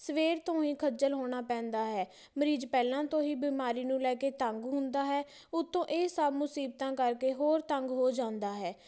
ਸਵੇਰ ਤੋਂ ਹੀ ਖੱਜਲ ਹੋਣਾ ਪੈਂਦਾ ਹੈ ਮਰੀਜ਼ ਪਹਿਲਾਂ ਤੋਂ ਹੀ ਬਿਮਾਰੀ ਨੂੰ ਲੈ ਕੇ ਤੰਗ ਹੁੰਦਾ ਹੈ ਉੱਤੋਂ ਇਹ ਸਭ ਮੁਸੀਬਤਾਂ ਕਰਕੇ ਹੋਰ ਤੰਗ ਹੋ ਜਾਂਦਾ ਹੈ